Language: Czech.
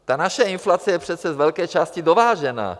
Ta naše inflace je přece z velké části dovážená.